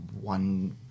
one